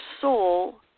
soul